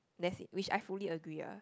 that's it which I fully agree ah